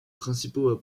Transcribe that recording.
principaux